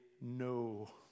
no